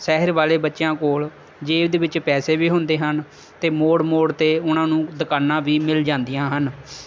ਸ਼ਹਿਰ ਵਾਲੇ ਬੱਚਿਆਂ ਕੋਲ ਜੇਬ ਦੇ ਵਿੱਚ ਪੈਸੇ ਵੀ ਹੁੰਦੇ ਹਨ ਅਤੇ ਮੋੜ ਮੋੜ 'ਤੇ ਉਹਨਾਂ ਨੂੰ ਦੁਕਾਨਾਂ ਵੀ ਮਿਲ ਜਾਂਦੀਆਂ ਹਨ